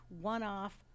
one-off